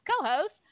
co-host